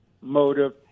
motive